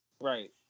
Right